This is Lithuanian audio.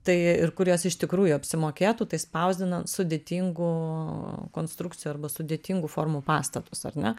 tai ir kur jas iš tikrųjų apsimokėtų tai spausdinant sudėtingų konstrukcijų arba sudėtingų formų pastatus ar ne